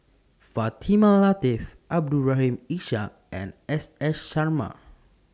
Fatimah Lateef Abdul Rahim Ishak and S S Sarma